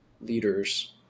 leaders